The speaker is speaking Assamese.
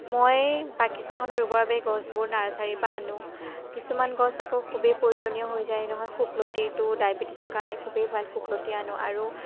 মই বাগিচাখনত ৰুবৰ বাবে গছবোৰ নাৰ্চাৰিৰ পৰা আনোঁ কিছুমান গছ আকৌ খুবেই প্ৰয়োজনীয় হৈ যায় নহয় শুকলতিটো ডায়বেটিছৰ কাৰণে খুবেই ভাল শুকলতি আনোঁ আৰু